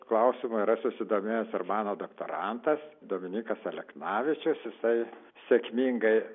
klausimu yra susidomėjęs ir mano doktorantas dominykas aleknavičius jisai sėkmingai